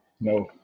No